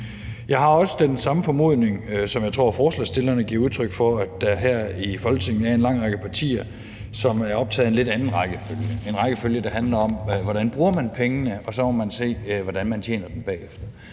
jeg har den samme formodning som forslagsstillerne, der giver udtryk for, at der her i Folketinget er en lang række partier, som er optaget af en lidt anden rækkefølge, en rækkefølge, der handler om, hvordan man bruger pengene, og at man så må se, hvordan man tjener dem bagefter.